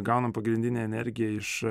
gaunam pagrindinę energiją iš